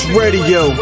radio